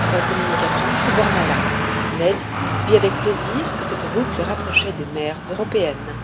sa communication se borna là ned vit avec plaisir que cette route le rapprochait des mers européennes